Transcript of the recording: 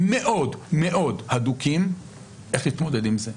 מאוד מאוד הדוקים איך להתמודד עם זה,